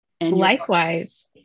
Likewise